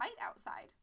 outside